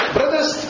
Brothers